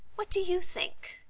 what do you think?